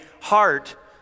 heart